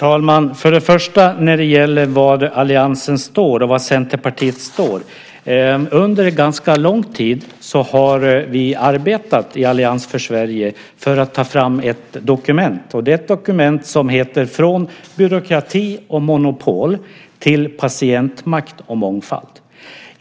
Herr talman! Först när det gäller var alliansen och Centerpartiet står har vi i Allians för Sverige under ganska lång tid arbetat med att ta fram ett dokument. Det är ett dokument som heter Från byråkrati och monopol till patientmakt och mångfald .